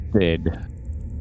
dead